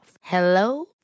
Hello